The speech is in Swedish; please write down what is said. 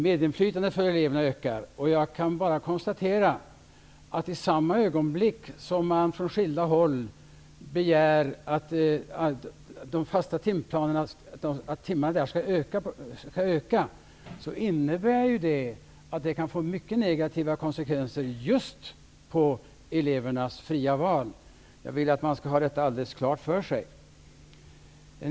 Medinflytandet för eleverna ökar. Jag kan bara konstatera att det kan få mycket negativa konsekvenser för elevernas fria val att man från skilda håll begär att antalet timmar i de fasta timplanerna skall öka. Jag vill att man skall ha detta alldeles klart för sig.